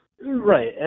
Right